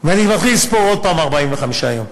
ואני מכניס פה עוד פעם 45 יום.